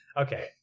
Okay